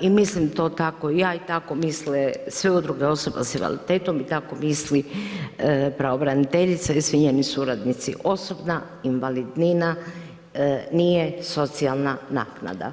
i mislim to tako ja i tako misle sve udruge osoba s invaliditetom i tako misli pravobraniteljica i svi njeni suradnici, osobna invalidnina nije socijalna naknada.